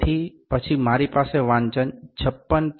તેથી પછી મારી પાસે વાંચન 56